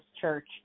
church